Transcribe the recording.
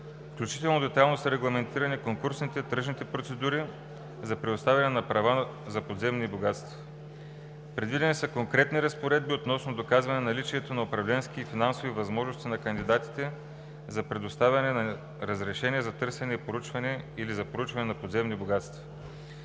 включително детайлно са регламентирани конкурсните/тръжните процедури за предоставяне на права за подземни богатства; предвидени са конкретни разпоредби относно доказване наличието на управленски и финансови възможности на кандидатите за предоставяне на разрешения за търсене и проучване или за проучване на подземни богатства,